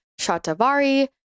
Shatavari